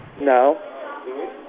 No